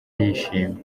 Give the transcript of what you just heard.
yishimye